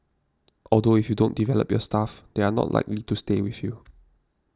although if you don't develop your staff they are not likely to stay with you